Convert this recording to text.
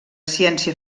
ciència